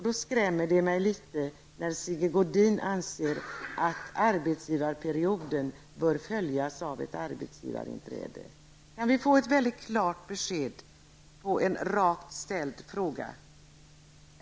Det skrämmer mig litet att Sigge Godin anser att arbetsgivarperioden bör följas av ett arbetsgivarinträde. Kan vi få ett klart besked på en rakt ställd fråga?